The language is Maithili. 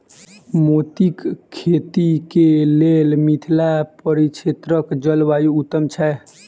मोतीक खेती केँ लेल मिथिला परिक्षेत्रक जलवायु उत्तम छै?